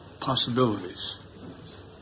possibilities